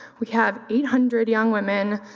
we have eight hundred young women,